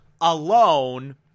alone